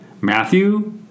Matthew